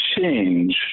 change